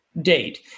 date